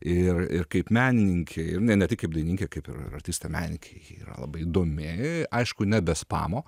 ir ir kaip menininkė ir ne ne tik kaip dainininkė kaip ir artistė menininkė ji yra labai įdomi aišku ne be spamo